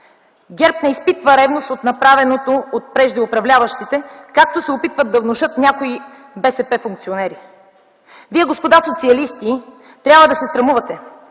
ГЕРБ не изпитва ревност от направеното от прежде управляващите, както се опитват да внушат някои БСП-функционери. Вие, господа социалисти, трябва да се срамувате,